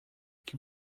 que